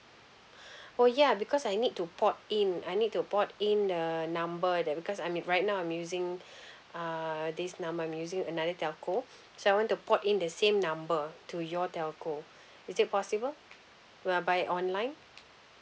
oh ya because I need to port in I need to port in the number that because I mean right now I'm using uh this number I'm using another telco so I want to port in the same number to your telco is it possible when I buy it online